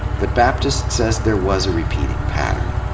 but baptist says there was a repeating pattern.